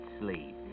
sleep